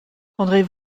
prendrez